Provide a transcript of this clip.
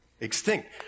extinct